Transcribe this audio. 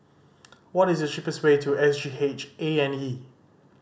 what is the cheapest way to S G H A and E